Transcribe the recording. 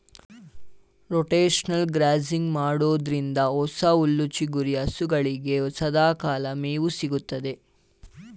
rotational grazing ಮಾಡೋದ್ರಿಂದ ಹೊಸ ಹುಲ್ಲು ಚಿಗುರಿ ಹಸುಗಳಿಗೆ ಸದಾಕಾಲ ಮೇವು ಸಿಗುತ್ತದೆ